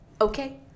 okay